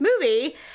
movie